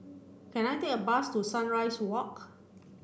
can I take a bus to Sunrise Walk